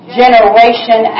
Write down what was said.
generation